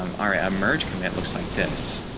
um are emerged commit looks like this.